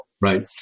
right